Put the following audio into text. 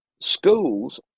schools